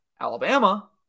Alabama